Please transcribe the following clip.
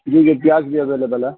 جی جی پیاز بھی اویلیبل ہے